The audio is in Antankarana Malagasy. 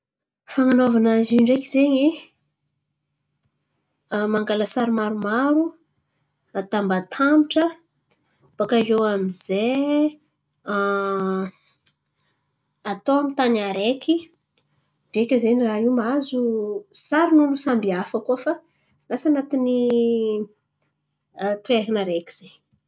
Fan̈anaovana izy io ndreky zen̈y mangala sary maromaro atambatambatra bòka iô amy zay. Atao amy tany araiky beka zen̈y raha io mahazo sarin'olo samby hafa koa fa lasa anatin'ny toeran̈a araiky zen̈y.